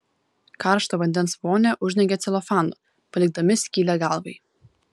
karštą vandens vonią uždengia celofanu palikdami skylę galvai